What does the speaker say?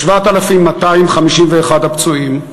ל-7,251 הפצועים,